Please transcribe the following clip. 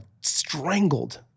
strangled